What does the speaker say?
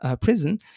prison